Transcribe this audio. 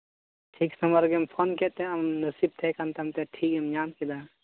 ᱴᱷᱤᱠ ᱥᱚᱢᱚᱭ ᱨᱮᱜᱮᱢ ᱯᱷᱳᱱ ᱠᱮᱫᱛᱮ ᱟᱢ ᱫᱚ ᱥᱤᱴ ᱛᱟᱦᱮᱸ ᱠᱟᱱ ᱛᱟᱢᱛᱮ ᱴᱷᱤᱠᱮᱢ ᱧᱟᱢ ᱠᱮᱫᱟ